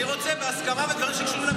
אני רוצה בהסכמה ודברים שקשורים למלחמה.